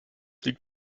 liegt